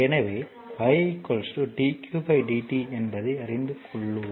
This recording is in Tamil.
எனவே i dq dt என்பதை அறிந்து கொள்ளுங்கள்